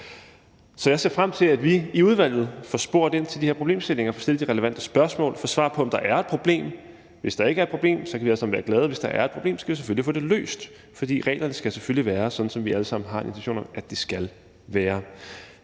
Så jeg ser frem til, at vi i udvalget får spurgt ind til de her problemstillinger, får stillet de relevante spørgsmål og får svar på, om der er et problem. Hvis der ikke er et problem, kan vi alle sammen være glade. Hvis der er et problem, skal vi selvfølgelig få det løst, for reglerne skal selvfølgelig være sådan, som vi alle sammen har en intention om de skal være.